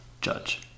judge